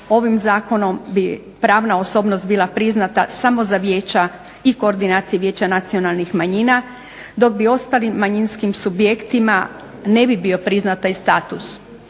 ovim zakonom bi pravna osobnost bila priznata samo za vijeća i Koordinacije vijeća nacionalnih manjina dok bi ostalim manjinskim subjektima ne bi bio priznat taj status.